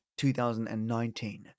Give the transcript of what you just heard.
2019